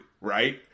right